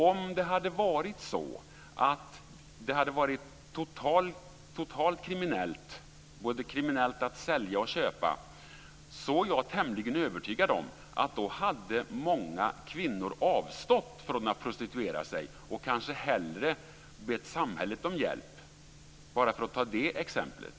Om det hade varit totalt kriminellt både att sälja och att köpa, är jag tämligen övertygad om att många kvinnor hade avstått från att prostituera sig och kanske hellre hade bett samhället om hjälp, bara för att ta ett exempel.